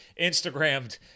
Instagrammed